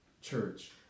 church